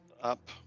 up